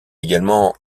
également